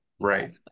right